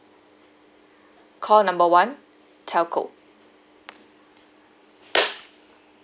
call number one telco